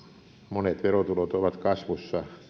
monet verotulot ovat kasvussa